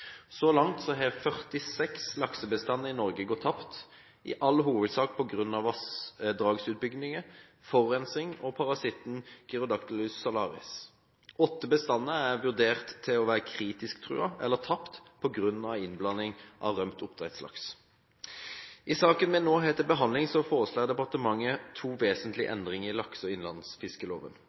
Så langt har 46 laksebestander i Norge gått tapt, i all hovedsak på grunn av vassdragsutbygginger, forurensning og parasitten Gyrodactylus salaris. Åtte bestander er vurdert å være kritisk truet eller tapt på grunn av innblanding av rømt oppdrettslaks. I saken vi nå har til behandling, foreslår departementet to vesentlige endringer i lakse- og